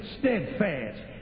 steadfast